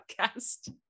podcast